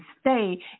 stay